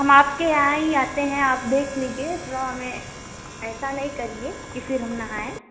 हम आपके यहाँ ही आते हैं आप देख लीजिए थोड़ा हमें ऐसा नहीं करिए कि फिर हम ना आएँ